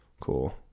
Cool